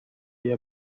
ایا